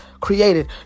created